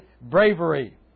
bravery